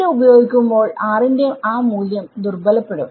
ഇത് ഉപയോഗിക്കുമ്പോൾ r ന്റെ ആ മൂല്യം ദുർബലപ്പെടും